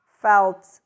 felt